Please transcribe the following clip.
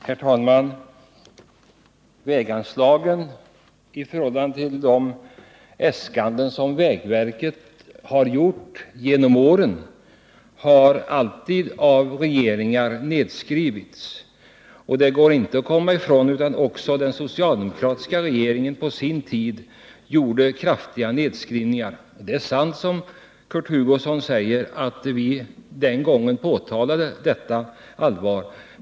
Herr talman! Vägverkets äskanden under åren har alltid skurits ned av de regeringar som suttit. Det går inte att komma ifrån att även den socialdemokratiska regeringen på sin tid gjorde kraftiga nedskrivningar. Det är sant som Kurt Hugosson säger att vi då påtalade detta med stort allvar.